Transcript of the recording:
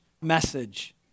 message